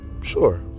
sure